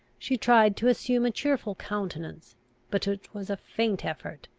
she tried to assume a cheerful countenance but it was a faint effort,